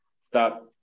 stop